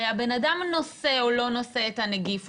הרי הבן אדם נושא או לא נושא את הנגיף,